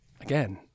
again